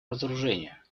разоружения